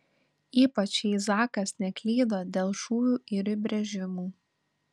ypač jei zakas neklydo dėl šūvių ir įbrėžimų